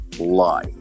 lie